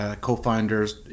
co-founders